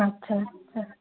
আচ্ছা আচ্ছা